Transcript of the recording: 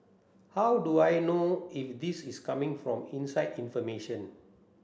how do I know if this is coming from inside information